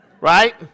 right